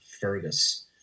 Fergus